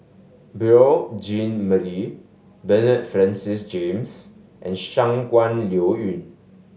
Beurel Jean Marie Bernard Francis James and Shangguan Liuyun